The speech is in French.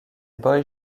boy